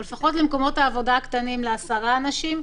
אני מדברת על מקומות העבודה הקטנים עד 10 אנשים.